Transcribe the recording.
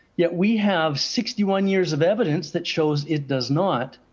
yet we have sixty one years of evidence that shows it does not.